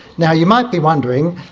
now, you might be wondering,